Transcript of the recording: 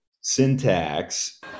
syntax